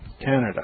Canada